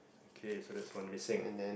K so that's one missing